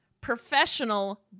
professional